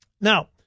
Now